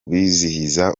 bizihiza